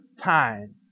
time